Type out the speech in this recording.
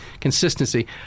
consistency